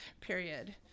period